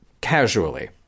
casually